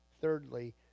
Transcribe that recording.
Thirdly